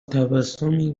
تبسمی